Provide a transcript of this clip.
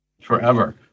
Forever